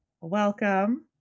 welcome